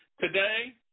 Today